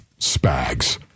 Spags